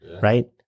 right